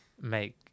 make